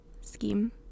Scheme